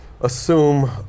assume